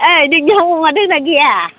ओइ नोंनियाव अमा दोंना गैया